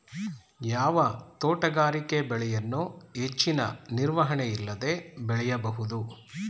ಯಾವ ತೋಟಗಾರಿಕೆ ಬೆಳೆಯನ್ನು ಹೆಚ್ಚಿನ ನಿರ್ವಹಣೆ ಇಲ್ಲದೆ ಬೆಳೆಯಬಹುದು?